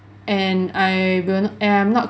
and I will not and I'm not